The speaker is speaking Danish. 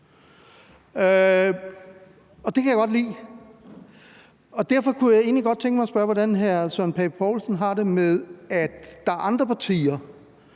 og det kan jeg godt lide. Derfor kunne jeg egentlig godt tænke mig at spørge, hvordan hr. Søren Pape Poulsen har det med, at der var andre partier,